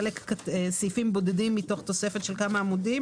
סעיפים בודדים מתוך תוספת של כמה עמודים